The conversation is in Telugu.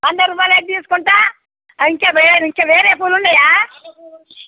వంద రూపాయలు అయితే తీసుకుంటాను ఇంకా ఇంకా వేరే పూలు ఉన్నాయా